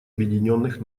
объединенных